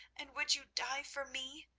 and would you die for me?